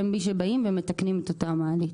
הם מי שבאים ומתקנים את אותה מעלית.